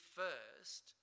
first